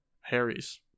Harry's